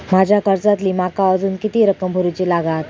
माझ्या कर्जातली माका अजून किती रक्कम भरुची लागात?